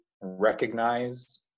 recognize